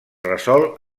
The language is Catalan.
resol